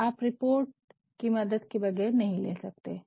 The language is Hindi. आप रिपोर्ट कि मदद के बगैर निर्णय नहीं ले सकते है